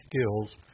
skills